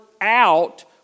out